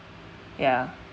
ya